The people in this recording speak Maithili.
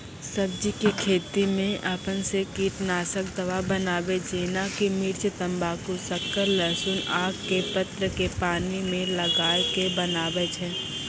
सब्जी के खेती मे अपन से कीटनासक दवा बनाबे जेना कि मिर्च तम्बाकू शक्कर लहसुन आक के पत्र के पानी मे गलाय के बनाबै छै?